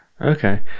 Okay